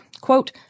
quote